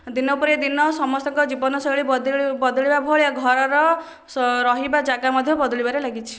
ଦିନ ପରେ ଦିନ ସମସ୍ତଙ୍କ ଜୀବନ ଶୈଳୀ ବଦଳି ବଦଳିବା ଭଳିଆ ଘରର ରହିବ ଜାଗା ମଧ୍ୟ ବଦଳିବାରେ ଲାଗିଛି